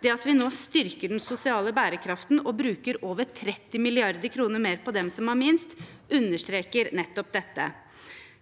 Det at vi nå styrker den sosiale bærekraften, og bruker over 30 mrd. kr mer på dem som har minst, understreker nettopp dette.